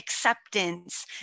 acceptance